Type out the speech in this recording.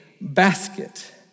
basket